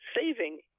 saving